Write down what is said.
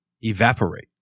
evaporate